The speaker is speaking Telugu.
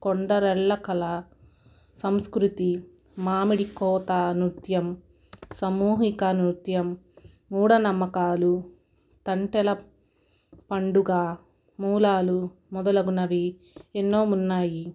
కొండరెళ్ళ కళ సంస్కృతి మామిడికోత నృత్యం సామూహిక నృత్యం మూడ నమ్మకాలు తంతెల పండుగ మూలాలు మొదలుగునవి ఎన్నో ఉన్నాయి